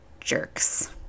jerks